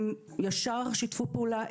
הם ישר שיתפו פעולה,